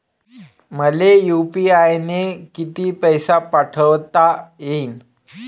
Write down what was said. मले यू.पी.आय न किती पैसा पाठवता येईन?